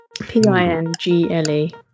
p-i-n-g-l-e